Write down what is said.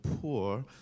poor